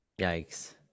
Yikes